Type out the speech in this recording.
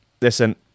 listen